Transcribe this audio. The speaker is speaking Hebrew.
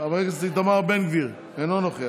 חבר הכנסת אוריאל בוסו, אינו נוכח,